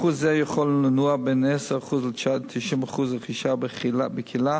אחוז זה יכול לנוע בין 10% לבין 90% רכישה בקהילה,